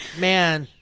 man,